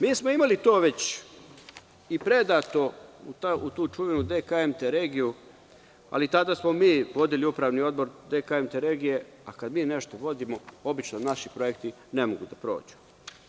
Mi smo imali to već i predato je u tu čuvenu DKMT regiju, ali tada smo mi vodili upravni odbor DKMT regije, a kada mi nešto vodimo obično naši projekti ne mogu da prođu.